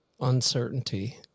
uncertainty